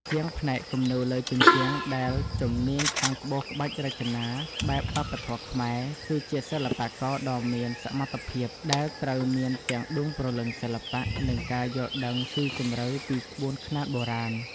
ជាងផ្នែកគំនូរលើជញ្ជាំងដែលជំនាញខាងក្បូរក្បាច់រចនាបែបវប្បធម៌ខ្មែរ គឺជាសិល្បករដ៏មានសមត្ថភាពដែលត្រូវមានទាំងដួងព្រលឹងសិល្បៈ និងការយល់ដឹងស៊ីជម្រៅពីក្បួនខ្នាតបុរាណ។